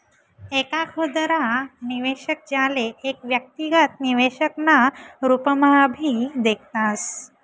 एक खुदरा निवेशक, ज्याले एक व्यक्तिगत निवेशक ना रूपम्हाभी देखतस